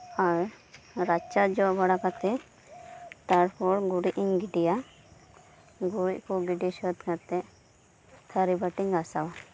ᱟᱨ ᱨᱟᱪᱟ ᱡᱚᱜ ᱵᱟᱲᱟ ᱠᱟᱛᱮᱫ ᱛᱟᱨᱯᱚᱨ ᱜᱩᱨᱤᱡ ᱤᱧ ᱜᱤᱰᱤᱭᱟ ᱜᱩᱨᱤᱡ ᱠᱚ ᱜᱤᱰᱤ ᱥᱟᱹᱛ ᱠᱟᱛᱮᱫ ᱛᱷᱟᱹᱨᱤ ᱵᱟᱹᱴᱤᱧ ᱜᱟᱥᱟᱣᱟ